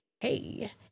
hey